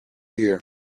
here